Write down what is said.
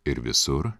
ir visur